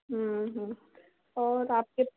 और आपके